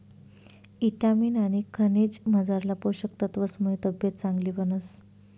ईटामिन आनी खनिजमझारला पोषक तत्वसमुये तब्येत चांगली बनस